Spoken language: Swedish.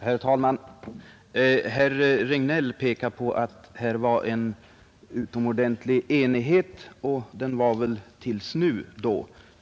Herr talman! Herr Regnéll pekade på att det här förelåg en utomordentlig enighet, och det var väl fram till detta ögonblick i så fall.